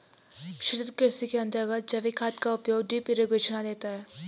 सतत् कृषि के अंतर्गत जैविक खाद का उपयोग, ड्रिप इरिगेशन आदि आता है